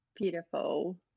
Beautiful